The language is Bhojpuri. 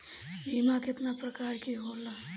बीमा केतना प्रकार के होला?